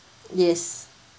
yes